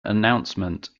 announcement